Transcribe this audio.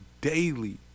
daily